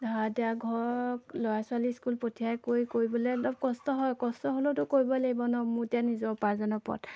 এতিয়া ঘৰ ল'ৰা ছোৱালী স্কুল পঠিয়াই কৰি কৰিবলৈ অলপ কষ্ট হয় কষ্ট হ'লেওতো কৰিব লাগিব ন মোৰ এতিয়া নিজৰ উপাৰ্জনৰ পথ